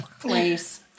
place